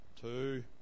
two